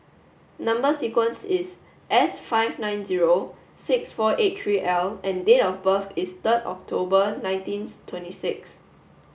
number sequence is S five nine zero six four eight three L and date of birth is third October nineteenth twenty six